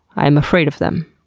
i am afraid of them.